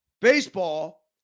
baseball